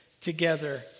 together